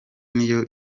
niyo